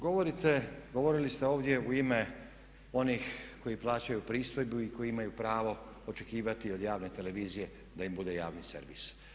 Govorili ste ovdje u ime onih koji plaćaju pristojbu i koji imaju pravo očekivati od javne televizije da im bude javni servis.